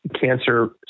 cancer